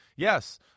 Yes